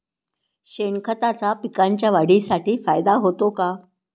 शेणखताचा पिकांच्या वाढीसाठी फायदा होतो का?